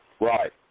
Right